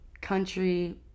country-